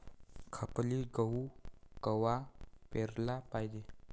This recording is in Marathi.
खपली गहू कवा पेराले पायजे?